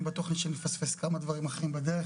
אני בטוח שנפספס כמה דברים אחרים בדרך,